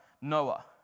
Noah